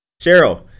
Cheryl